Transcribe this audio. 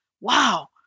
Wow